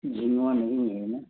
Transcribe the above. झींगुआ नहीं है ना